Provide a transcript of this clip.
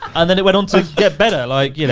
and then it went on to get better. like, you know,